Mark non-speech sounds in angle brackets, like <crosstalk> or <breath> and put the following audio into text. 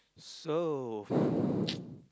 so <breath> <noise>